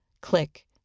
Click